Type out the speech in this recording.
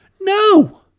No